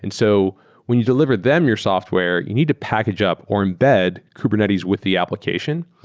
and so when you deliver them your software, you need to package up or embed kubernetes with the application.